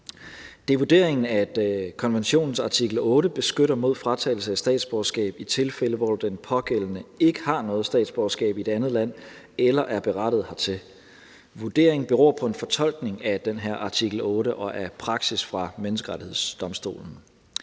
Det er vurderingen, at konventionens artikel 8 beskytter mod fratagelse af statsborgerskab i tilfælde, hvor den pågældende ikke har noget statsborgerskab i et andet land eller er berettiget hertil. Vurderingen beror på en fortolkning af den her artikel 8 og er praksis fra Menneskerettighedsdomstolen.